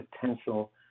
potential